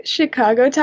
Chicago